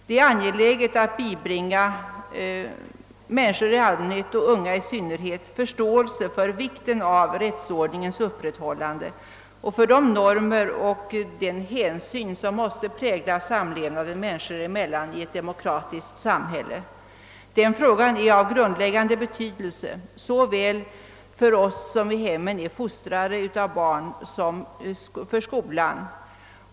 Det är angeläget att bibringa de unga förståelse för vikten av rättsordningens upprätthållande och för de normer och den hänsyn som måste prägla samlevnaden människor emellan i ett demokratiskt samhälle. Denna fråga är av grundläggande betydelse såväl för oss som i hemmen är fostrare av barn som för skolan.